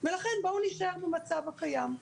ולכן בואו נישאר במצב הקיים.